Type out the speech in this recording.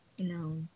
No